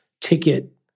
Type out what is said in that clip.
ticket